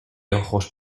ojos